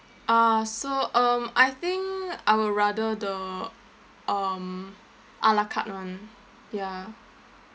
ah so um I think I will rather the um ala carte [one] ya